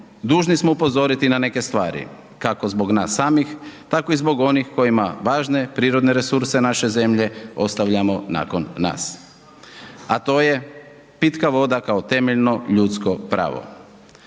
dužni smo upozoriti na neke stvari kako zbog nas samih, tako i zbog onih kojima važne, prirodne resurse naše zemlje ostavljamo nakon nas a to je pitka voda kao temeljno ljudsko pravo.